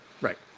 Right